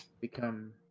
become